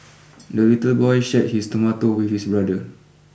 the little boy shared his tomato with his brother